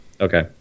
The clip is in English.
Okay